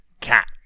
cat